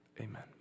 amen